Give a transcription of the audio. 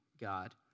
God